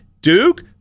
Duke